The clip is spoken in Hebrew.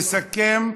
יסכם,